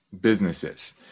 businesses